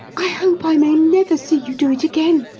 i hope i may never see you do it again,